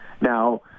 now